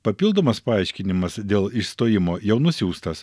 papildomas paaiškinimas dėl išstojimo jau nusiųstas